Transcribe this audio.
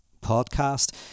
podcast